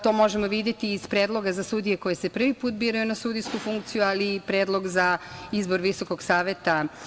To možemo videti iz Predloga za sudije koje se prvi put biraju na sudijsku funkciju, ali i Predlog za izbor VSS.